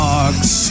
Marks